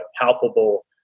palpable